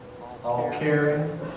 all-caring